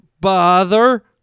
Bother